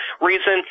reason